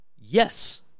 yes